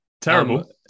terrible